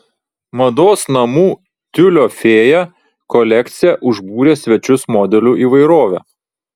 mados namų tiulio fėja kolekcija užbūrė svečius modelių įvairove